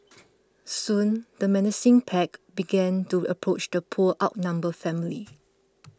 soon the menacing pack began to approach the poor outnumbered family